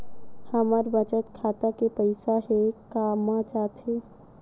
हमर बचत खाता के पईसा हे कामा जाथे?